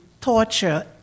torture